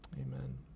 amen